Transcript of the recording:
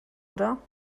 oder